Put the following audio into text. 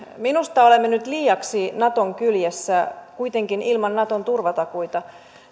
minusta olemme nyt liiaksi naton kyljessä kuitenkin ilman naton turvatakuita